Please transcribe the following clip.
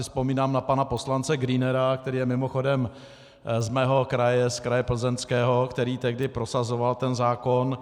Vzpomínám si na pana poslance Grünera, který je mimochodem z mého kraje, z kraje Plzeňského, který tehdy prosazoval ten zákon.